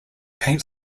paint